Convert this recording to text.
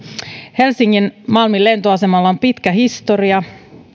helsingin malmin lentoasemalla on pitkä historia